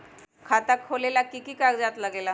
खाता खोलेला कि कि कागज़ात लगेला?